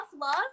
love